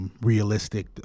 realistic